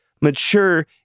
mature